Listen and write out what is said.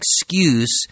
excuse